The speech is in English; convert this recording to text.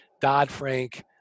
Dodd-Frank